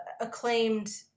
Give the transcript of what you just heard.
acclaimed